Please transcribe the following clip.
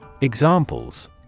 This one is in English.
Examples